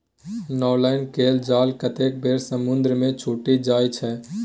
nylon केर जाल कतेक बेर समुद्रे मे छुटि जाइ छै